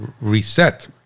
reset